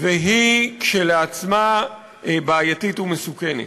והיא כשלעצמה בעייתית ומסוכנת.